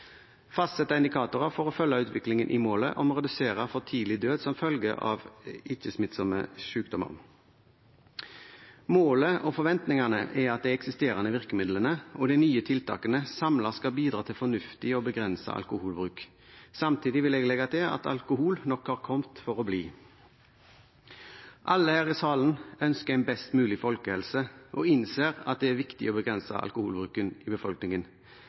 fastsette indikatorer for å følge utviklingen i målet om å redusere for tidlig død som følge av ikke-smittsomme sykdommer. Målet og forventningene er at de eksisterende virkemidlene og de nye tiltakene samlet skal bidra til fornuftig og begrenset alkoholbruk. Samtidig vil jeg legge til at alkohol nok har kommet for å bli. Alle her i salen ønsker en best mulig folkehelse og innser at det er viktig å begrense alkoholbruken i befolkningen.